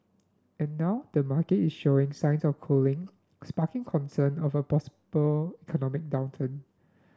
and now the market is showing signs of cooling sparking concern of a possible economic downturn